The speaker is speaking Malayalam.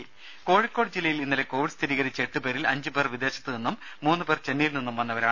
രുമ കോഴിക്കോട് ജില്ലയിൽ ഇന്നലെ കോവിഡ് സ്ഥിരീകരിച്ച എട്ടു പേരിൽ അഞ്ച് പേർ വിദേശത്ത് നിന്നും മൂന്ന് പേർ ചെന്നൈയിൽ നിന്നും വന്നവരാണ്